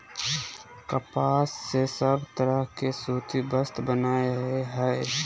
कपास से सब तरह के सूती वस्त्र बनय हय